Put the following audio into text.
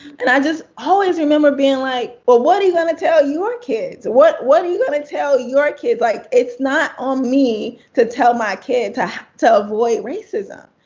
and i always remember being like, well, what are you going to tell your kids? what what are you going to tell your kids? like it's not on me to tell my kid to to avoid racism.